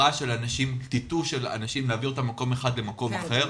אני לא מכיר טאטוא של אנשים ממקום אחד למקום אחר.